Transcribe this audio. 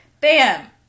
Bam